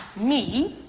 me,